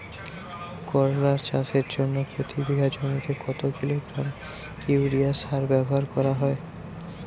করলা চাষের জন্য প্রতি বিঘা জমিতে কত কিলোগ্রাম ইউরিয়া সার ব্যবহার করা হয়?